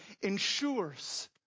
ensures